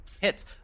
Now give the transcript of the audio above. hits